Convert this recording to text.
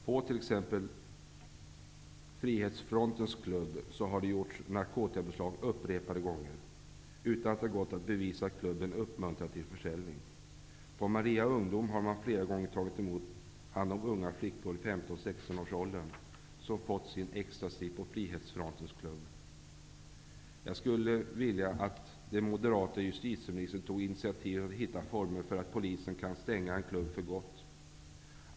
På t.ex. Frihetsfrontens klubb har det gjorts narkotikabeslag upprepade gånger, utan att det gått att bevisa att klubben uppmuntrar till försäljning. På Maria Ungdom har man flera gånger tagit hand om unga flickor i 15--16-årsåldern, som fått sin ecstacy hos Frihetsfrontens klubb. Jag skulle vilja att den moderata justitieministern tog initiativ till att hitta former för att polisen skall kunna stänga en klubb för gott.